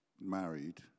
married